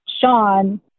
Sean